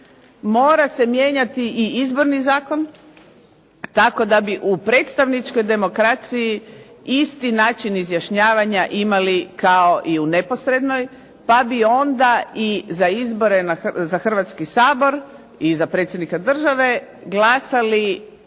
mora se mijenjati i Izborni zakon tako da bi u predstavničkoj demokraciji isti način izjašnjavanja imali kao i u neposrednoj pa bi onda i na izbore za Hrvatski sabor i za predsjednika države glasali